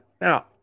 Now